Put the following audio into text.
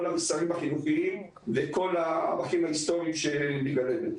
המסרים החינוכיים וכל הערכים ההיסטוריים שהיא מגלמת.